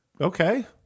Okay